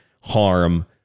harm